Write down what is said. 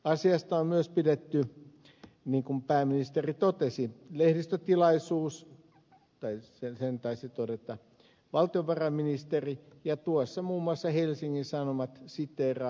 asiasta on myös pidetty niin kuin pääministeri totesi lehdistötilaisuus tai sen taisi todeta valtiovarainministeri ja muun muassa helsingin sanomat siteeraa